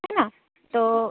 है ना तो